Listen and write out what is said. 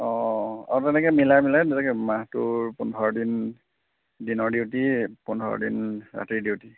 অঁ অঁ অঁ তেনেকৈ মিলাই মিলাই তেনেকৈ মাহটোৰ পোন্ধৰ দিন দিনৰ ডিউটি পোন্ধৰ দিন ৰাতিৰ ডিউটি